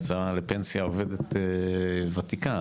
יצאה לפנסיה עובדת ותיקה,